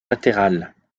latéral